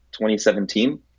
2017